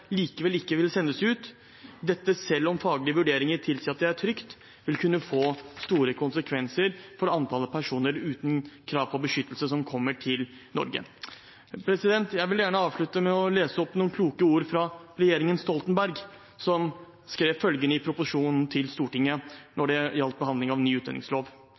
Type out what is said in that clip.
likevel ikke vil sendes ut, selv om faglige vurderinger tilsier at det er trygt, vil kunne få store konsekvenser for antallet personer uten krav på beskyttelse som kommer til Norge. Jeg vil gjerne avslutte med å lese opp noen kloke ord fra regjeringen Stoltenberg, som skrev følgende i proposisjonen til Odelstinget når det gjaldt behandlingen av ny